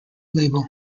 label